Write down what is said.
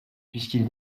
puisqu’ils